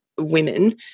women